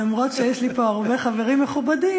למרות שיש לי פה הרבה חברים מכובדים,